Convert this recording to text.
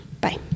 Bye